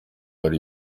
hari